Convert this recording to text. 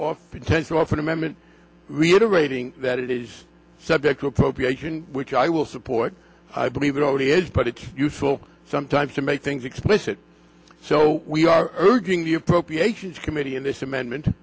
or potential off an amendment reiterating that it is subject to appropriation which i will support i believe it already is but it's useful sometimes to make things explicit so we are urging the appropriations committee in this amendment